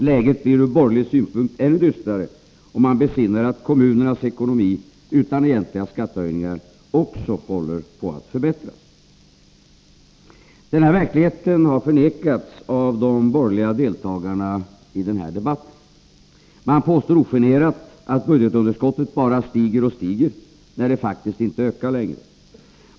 Läget blir ur borgerlig synpunkt ännu dystrare om man besinnar att kommunernas ekonomi, utan egentliga skattehöjningar, också håller på att förbättras. Denna verklighet har förnekats av de borgerliga deltagarna i den här debatten. Man påstår ogenerat att budgetunderskottet bara stiger och stiger, när det faktiskt inte ökar längre.